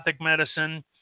Medicine